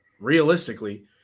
realistically